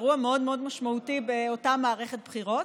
אירוע מאוד מאוד משמעותי באותה מערכת בחירות.